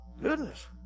goodness